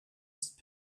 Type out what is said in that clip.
ist